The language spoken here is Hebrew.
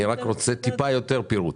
אני רוצה טיפה יותר פירוט.